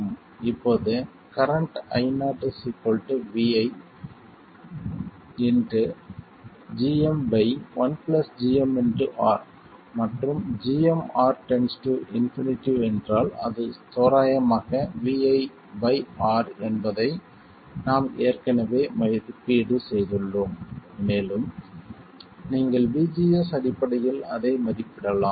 இப்போது இந்த current Io Vi gm 1 gmR மற்றும் gm R ∞ என்றால் அது தோராயமாக Vi R என்பதை நாம் ஏற்கனவே மதிப்பீடு செய்துள்ளோம் மேலும் நீங்கள் VGS அடிப்படையில் அதை மதிப்பிடலாம்